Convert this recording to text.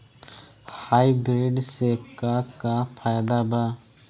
Hybrid से का का फायदा बा?